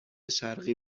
شرقی